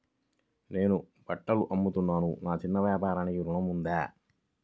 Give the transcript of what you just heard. నేను బట్టలు అమ్ముతున్నాను, నా చిన్న వ్యాపారానికి ఋణం ఉందా?